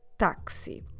taxi